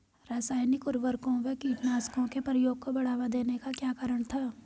रासायनिक उर्वरकों व कीटनाशकों के प्रयोग को बढ़ावा देने का क्या कारण था?